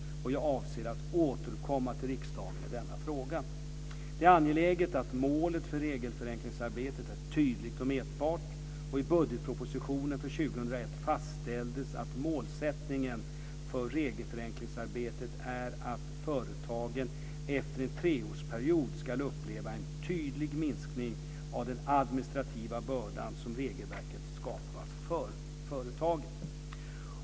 Jag avser att återkomma till riksdagen i denna fråga. Det är angeläget att målet för regelförenklingsarbetet är tydligt och mätbart. I budgetpropositionen för 2001 fastställdes att målsättningen för regelförenklingsarbetet är att företagen efter en treårsperiod ska uppleva en tydlig minskning av den administrativa börda som regelverket skapar för företagen.